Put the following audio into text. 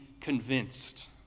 convinced